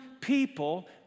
people